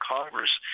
Congress